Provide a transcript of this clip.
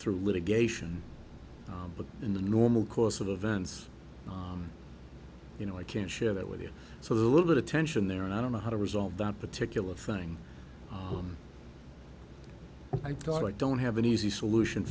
through litigation but in the normal course of events you know i can't share that with you so the little bit of tension there and i don't know how to resolve that particular thing i thought i don't have an easy solution